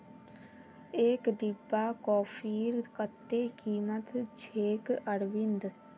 एक डिब्बा कॉफीर कत्ते कीमत छेक अरविंद